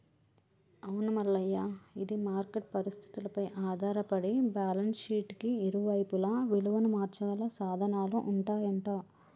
అవును మల్లయ్య ఇది మార్కెట్ పరిస్థితులపై ఆధారపడి బ్యాలెన్స్ షీట్ కి ఇరువైపులా విలువను మార్చగల సాధనాలు ఉంటాయంట